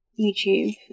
YouTube